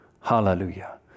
Hallelujah